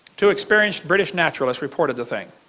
two experienced british naturalists reported the thing.